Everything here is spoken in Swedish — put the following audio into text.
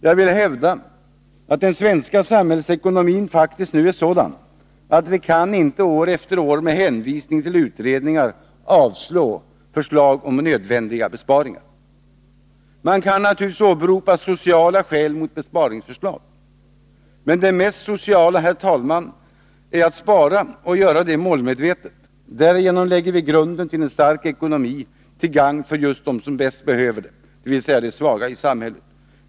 Jag vill hävda att den svenska samhällsekonomin faktiskt nu är sådan att vi inte år efter år med hänvisning till utredningar kan avslå förslag om nödvändiga besparingar. Man kan naturligtvis åberopa sociala skäl mot besparingsförslag. Men det mest sociala, herr talman, är att spara och göra det målmedvetet — därigenom lägger vi grunden till en stark ekonomi till gagn för dem som bäst behöver det, dvs. de svaga i samhället.